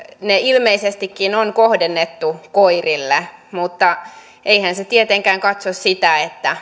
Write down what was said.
ne ilmeisestikin on kohdennettu koirille mutta eihän se tietenkään katso sitä